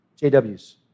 JWs